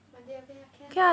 monday okay lah can lah